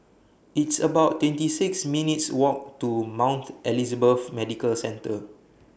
It's about twenty six minutes' Walk to Mount Elizabeth Medical Centre